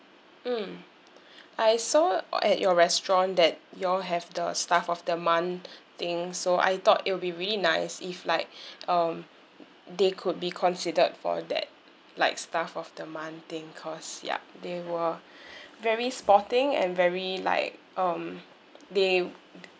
mm I saw at your restaurant that you all have the staff of the month thing so I thought it would be really nice if like um they could be considered for that like staff of the month thing because ya they're they were very sporting and very like um they